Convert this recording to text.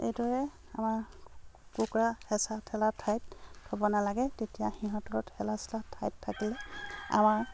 এইদৰে আমাৰ কুকুৰা হেঁচা ঠেলা ঠাইত থ'ব নালাগে তেতিয়া সিহঁতৰ ঠাইত থাকিলে আমাৰ